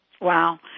Wow